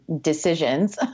decisions